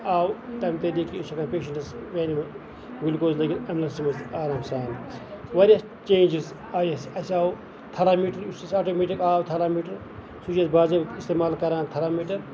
آو تَمہِ طریٖقہٕ کہِ یہِ چھُ ہٮ۪کان پیشنٹَس گٔلکوز لٔگِتھ آرام سان واریاہ چینجِز آیہِ اَسہِ آو تھرمامیٖٹر یُس اَسہِ آٹومیٹِک آو تھرمومیٖٹر سُہ چھِ أسۍ باضٲبطہٕ اِستعمال کران تھرمومیٖٹر